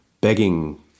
Begging